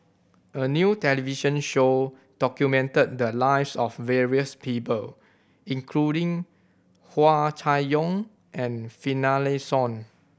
a new television show documented the lives of various people including Hua Chai Yong and Finlayson